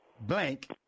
blank